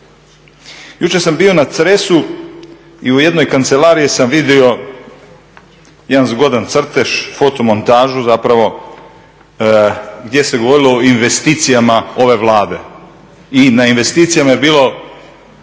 Jučer sam bio na Cresu i u jednoj kancelariji sam vidio jedan zgodan crtež, fotomontažu zapravo gdje se govorilo o investicijama ove Vlade i na investicijama je bila